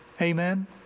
Amen